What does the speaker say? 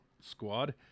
squad